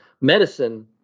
medicine